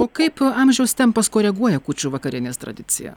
o kaip amžiaus tempas koreguoja kūčių vakarienės tradiciją